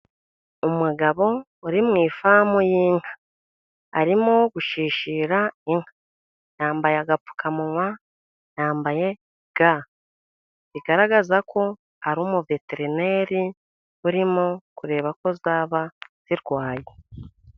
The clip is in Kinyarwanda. Umugabo uri mu ifamu y'inka, arimo gushishira inka, yambaye agapfukamunwa, yambaye ga. Bigaragaza ko ari umuveterineri, urimo kureba ko zaba zirwaye.